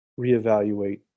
reevaluate